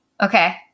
Okay